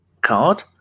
card